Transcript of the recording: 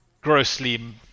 grossly